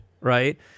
right